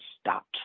stopped